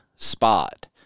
spot